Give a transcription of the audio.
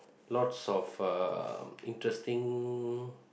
lots of uh interesting